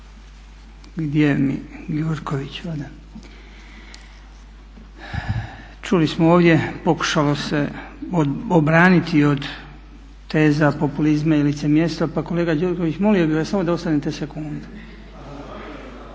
Gdje mi je Gjurković, ode. Čuli smo ovdje pokušalo se obraniti od teza populizma i lice mjesta. Pa kolega Gjurković moli bi vas samo da ostanete sekundu.